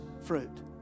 fruit